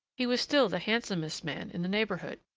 he was still the handsomest man in the neighborhood.